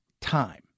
time